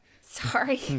Sorry